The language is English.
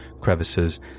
crevices